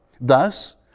Thus